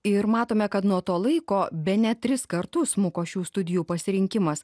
ir matome kad nuo to laiko bene tris kartus smuko šių studijų pasirinkimas